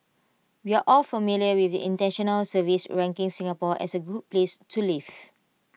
we're all familiar with the International surveys ranking Singapore as A good place to live